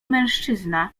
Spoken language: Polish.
mężczyzna